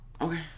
Okay